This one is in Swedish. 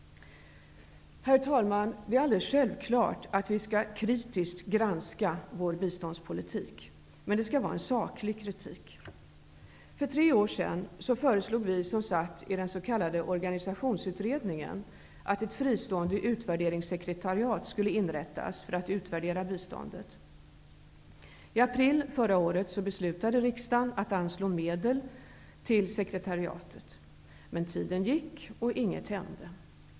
Herr talman! Det är alldeles självklart att vi kritiskt skall granska vår biståndspolitik, men kritiken skall vara saklig. För tre år sedan föreslog vi som satt i den s.k. organisationsutredningen att ett fristående utvärderingssekretariat skulle inrättas för att utvärdera biståndet. I april förra året beslutade riksdagen att anslå medel till sekretariatet. Men tiden gick, och inget hände.